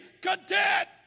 content